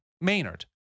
Maynard